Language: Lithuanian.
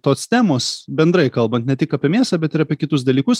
tos temos bendrai kalbant ne tik apie mėsą bet ir apie kitus dalykus